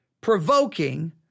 provoking